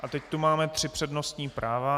A teď tu máme tři přednostní práva.